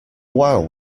while